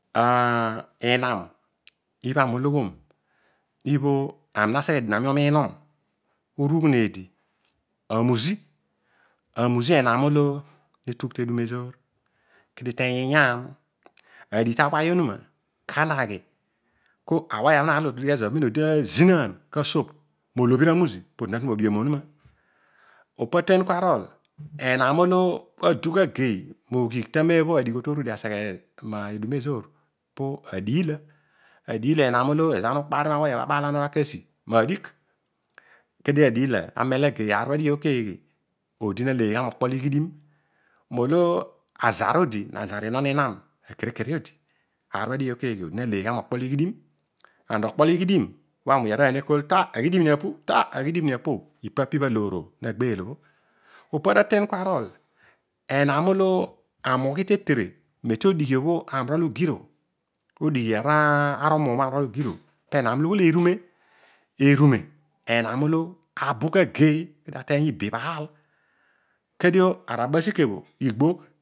Aah inam ibha ami uloghom bha ami na seghe madien ami amiinom amuzi amuzi enam olo netugh tedum ezoor kedio iteiy iyaam adigh tawire onuma kana aghi kedio awire bho narol otodigh ezo amem odi tazinaan asobh molobhir amuzi odi na tu mo biom onuma. Opo aten kua arol enam olo adugh ageiy mo ghigh temem obho adigho to rudio aseghe medum ema ezoor po adila. Adiila enam olo ezo bho ana ukpaari ma wire bho abaal ana aki asi naadigh kedio adiila amel ageiy aar obho adighi o keeghe odi na leiy gha mokpolo ighidum molo azara odi nazara inon inam akere kere odi odi na leiygha mo kpolo ighidim. And okpo lo ighidim ede aroiy nekol kua ta aghidim ni apu ta aghidim apu ipa po bho aloor o nagheel o. opo atein kua arol aami ughi tetere medi ogir obho ami urol ngir o odighi arumuum obho ami urol ugiro kinadien enam olo ughol erune. Erune penam olo abugh ageiy ateiy ibi ibhaal kedio areba sikebho igbogh